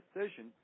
decision